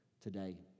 today